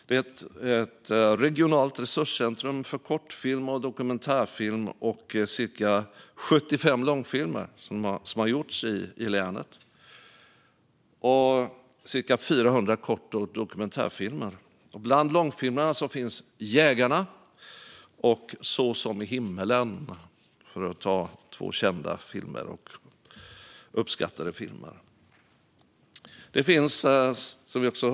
Filmpool Nord är ett regionalt resurscentrum för film, och cirka 75 långfilmer och 400 kort och dokumentärfilmer har gjorts i länet. Bland långfilmerna finns de två kända och uppskattade filmerna Jägarna och Så som i himlen .